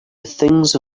things